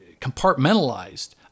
compartmentalized